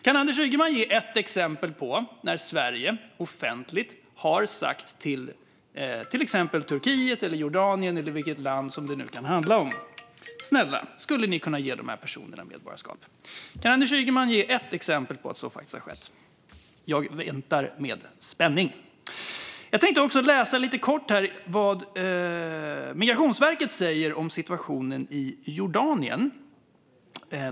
Kan Anders Ygeman ge ett exempel på när Sverige offentligt har sagt till Turkiet, Jordanien eller vilket land som det nu kan handla om: Snälla, skulle ni kunna ge de här personerna medborgarskap? Kan Anders Ygeman ge ett exempel på att så faktiskt har skett? Jag väntar med spänning. Jag tänkte lite kort läsa upp vad Migrationsverkets säger om situationen i Jordanien.